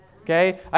okay